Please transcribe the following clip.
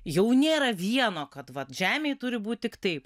jau nėra vieno kad vat žemėj turi būt tik taip